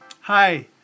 Hi